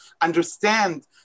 Understand